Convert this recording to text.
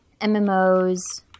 MMOs